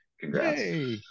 congrats